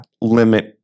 limit